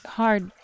hard